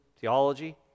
theology